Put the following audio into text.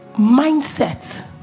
Mindset